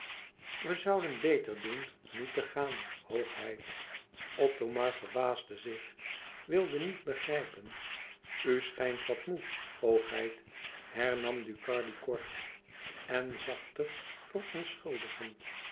we zouden beter doen niet te gaan hoogheid othomar verbaasde zich wilde niet begrijpen u schijnt wat moê hoogheid hernam ducardi kort en zachter verontschuldigend